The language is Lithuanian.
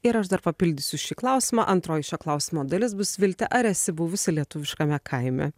ir aš dar papildysiu šį klausimą antroji šio klausimo dalis bus vilte ar esi buvusi lietuviškame kaime